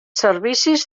servicis